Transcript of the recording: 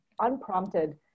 unprompted